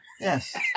Yes